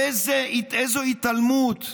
איזו התעלמות,